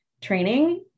training